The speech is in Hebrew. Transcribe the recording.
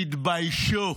תתביישו,